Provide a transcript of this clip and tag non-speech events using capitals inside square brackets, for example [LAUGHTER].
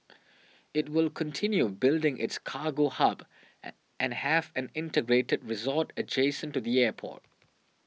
it will continue building its cargo hub [HESITATION] and have an integrated resort adjacent to the airport